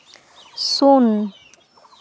ᱥᱩᱱ